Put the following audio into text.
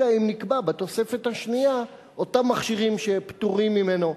אלא אם כן נקבע בתוספת השנייה שאותם מכשירים פטורים ממנו.